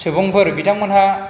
सुबुंफोर बिथांमोनहा